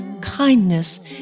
kindness